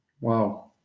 Wow